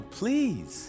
please